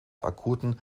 akuten